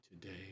today